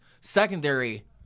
secondary